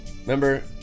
Remember